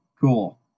Cool